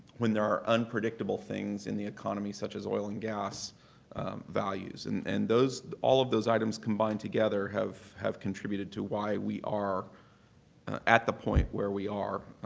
when there are unpredictable things in the economy such as oil and gas values. and and all of those items combined together have have contributed to why we are at the point where we are,